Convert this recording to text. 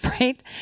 right